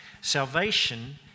Salvation